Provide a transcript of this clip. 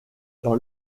dans